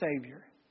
Savior